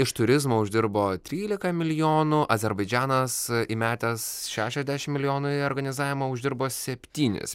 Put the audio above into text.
iš turizmo uždirbo trylika milijonų azerbaidžanas įmetęs šešiasdešim milijonų į organizavimą uždirbo septynis